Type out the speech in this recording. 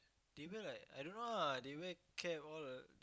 they wear like I don't know lah they wear cap all